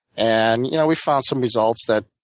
and you know we found some results that